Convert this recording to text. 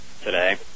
today